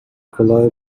کلاه